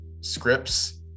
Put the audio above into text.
scripts